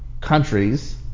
countries